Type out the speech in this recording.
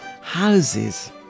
Houses